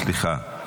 סליחה.